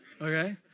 Okay